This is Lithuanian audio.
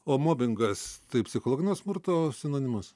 o mobingas tai psichologinio smurto sinonimas